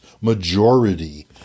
majority